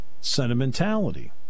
sentimentality